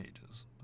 pages